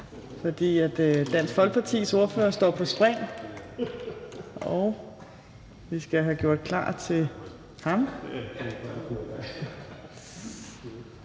For Dansk Folkepartis ordfører står på spring, og vi skal have gjort klar til ham.